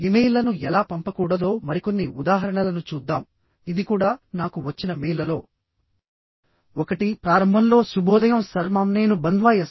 ఇమెయిల్లను ఎలా పంపకూడదో మరికొన్ని ఉదాహరణలను చూద్దాం ఇది కూడా నాకు వచ్చిన మెయిల్లలో ఒకటి ప్రారంభంలో శుభోదయం సర్ మామ్ నేను బంధ్వా ఎస్